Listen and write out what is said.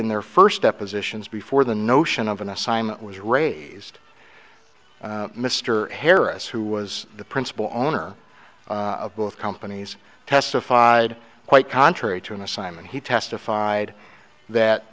in their first depositions before the notion of an assignment was raised mr harris who was the principal owner of both companies testified quite contrary to an assignment he testified that